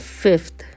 fifth